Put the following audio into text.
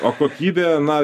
o kokybė na